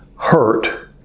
hurt